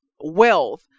wealth